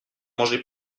mangé